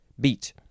beat